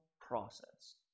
process